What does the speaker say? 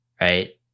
Right